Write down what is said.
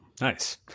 Nice